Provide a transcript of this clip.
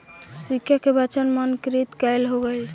सिक्का के वजन मानकीकृत कैल जा हई